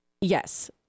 Yes